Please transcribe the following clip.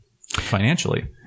financially